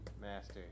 master